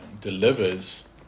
delivers